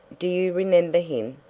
do you remember him?